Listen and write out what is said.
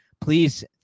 please